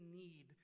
need